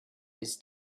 its